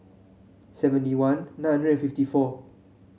seventy one nine hundred and fifty four